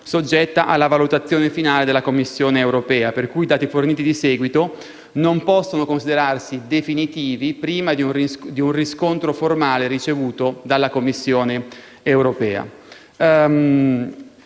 soggetta alla valutazione finale della Commissione europea. Pertanto, i dati forniti di seguito non possono considerarsi definitivi prima di un riscontro formale ricevuto dalla Commissione europea.